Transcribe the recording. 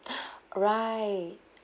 right